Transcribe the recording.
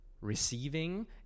receiving